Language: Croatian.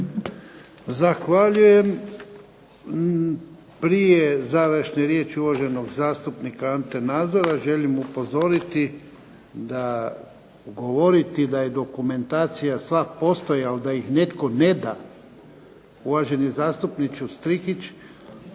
Zahvaljujem. Prije završne riječi uvaženog zastupnika Ante Nazora želim upozoriti da govoriti da je dokumentacija sva postojala, a da ih netko ne da, uvaženi zastupniče Strikić